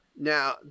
Now